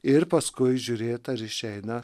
ir paskui žiūrėt ar išeina